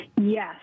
Yes